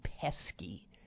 pesky